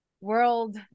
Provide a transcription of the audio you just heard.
world